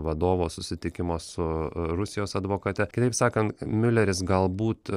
vadovo susitikimo su rusijos advokate kitaip sakant miuleris galbūt